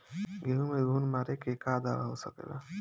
गेहूँ में घुन मारे के का दवा हो सकेला?